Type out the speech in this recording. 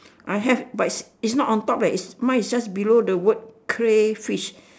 I have but it's it's not on top eh it's mine is just below the word crayfish